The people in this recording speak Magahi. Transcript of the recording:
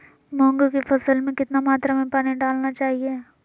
मूंग की फसल में कितना मात्रा में पानी डालना चाहिए?